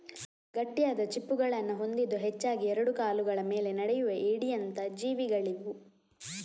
ಗಟ್ಟಿಯಾದ ಚಿಪ್ಪುಗಳನ್ನ ಹೊಂದಿದ್ದು ಹೆಚ್ಚಾಗಿ ಎರಡು ಕಾಲುಗಳ ಮೇಲೆ ನಡೆಯುವ ಏಡಿಯಂತ ಜೀವಿಗಳಿವು